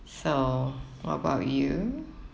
so what about you